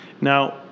Now